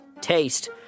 Taste